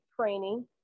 training